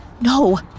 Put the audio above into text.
No